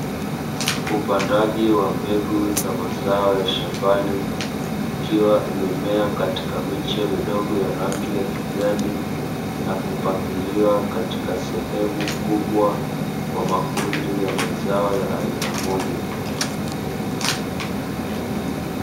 Upandaji wa mbegu za mazao ya shambani ikiwa imemea katika miche midogo ya rangi ya kijani na kupangilia katika sehemu kubwa kwa makundi ya mazao ya aina moja.